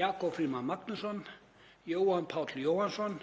Jakob Frímann Magnússon, Jóhann Páll Jóhannsson,